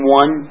one